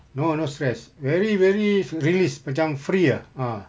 no no stress very very released macam free uh ah